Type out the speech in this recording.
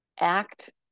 act